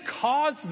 cause